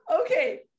Okay